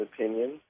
Opinion